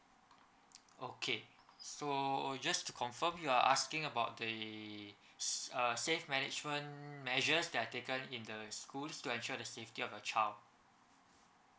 okay so just to confirm you're asking about the s~ uh safe management measures that are taken in the schools to ensure the safety of your child